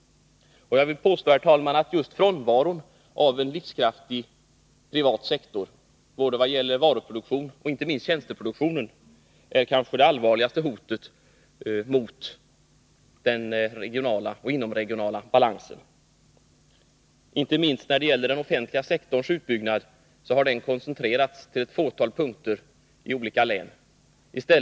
Just frånvaron av en livskraftig privat sektor för både varuproduktion och, inte minst, tjänsteproduktion är det kanske allvarligaste hotet mot den regionala och inomregionala balansen. Särskilt den offentliga sektorns utbyggnad har koncentrerats till ett fåtal orter i olika län.